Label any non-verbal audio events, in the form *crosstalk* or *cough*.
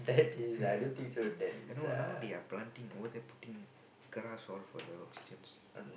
*laughs* I know now they are planting over there putting grass all for the oxygen